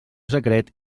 secret